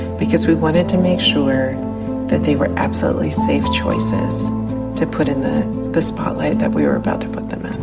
because we wanted to make sure that they were absolutely safe choices to put in the the spotlight that we were about to put them in.